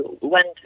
went